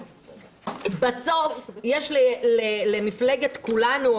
בסוף יש למפלגת כולנו,